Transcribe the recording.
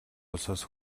улсаас